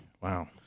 wow